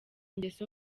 ngeso